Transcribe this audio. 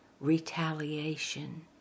retaliation